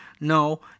No